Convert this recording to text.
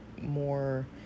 more